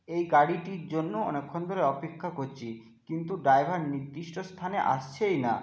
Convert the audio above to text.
এই গাড়িটির জন্যও অনেকক্ষণ ধরে অপেক্ষা করছি কিন্তু ড্রাইভার নির্দিষ্ট স্থানে আসছেই না